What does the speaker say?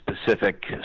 specific